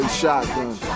shotgun